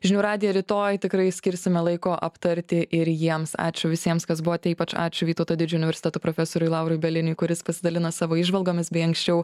žinių radiją rytoj tikrai skirsime laiko aptarti ir jiems ačiū visiems kas buvote ypač ačiū vytauto didžiojo universiteto profesoriui laurui bieliniui kuris pasidalino savo įžvalgomis bei anksčiau